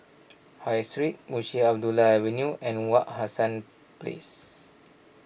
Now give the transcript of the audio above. High Street Munshi Abdullah Avenue and Wak Hassan Place